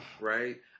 right